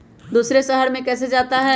दूसरे शहर मे कैसे जाता?